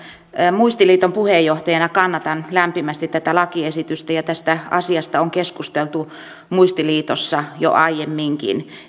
muistiliiton puheenjohtajana kannatan lämpimästi tätä lakiesitystä ja tästä asiasta on keskusteltu muistiliitossa jo aiemminkin